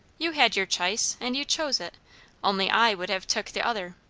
you had your ch'ice, and you chose it only i would have took the other.